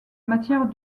matière